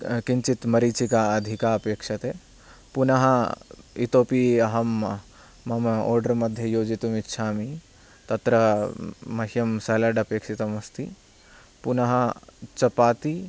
किञ्चित् मरीचिका अधिका अपेक्षते पुनः इतोपि अहं मम आर्डर् मध्ये योजयितुम् इच्छामि तत्र मह्यं सलाड् अपेक्षितम् अस्ति पुनः चपाति